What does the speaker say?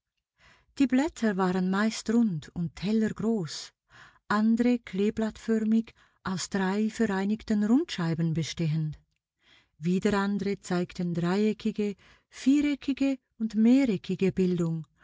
die blätter waren meist rund und tellergroß andre kleeblattförmig aus drei vereinigten rundscheiben bestehend wieder andre zeigten dreieckige viereckige und mehreckige bildung